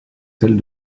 celle